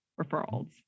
referrals